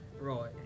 Right